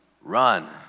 run